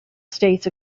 states